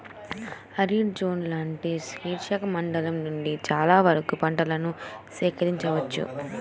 arid zone లాంటి శుష్క మండలం నుండి చాలా వరకు పంటలను సేకరించవచ్చు